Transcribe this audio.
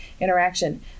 interaction